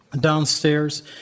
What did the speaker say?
downstairs